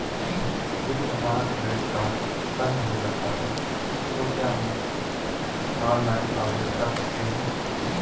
यदि हमारा credit card बंद हो जाता है तो क्या हम ऑनलाइन आवेदन कर सकते हैं?